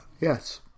yes